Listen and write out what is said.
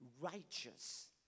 righteous